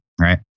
right